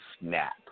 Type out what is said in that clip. snap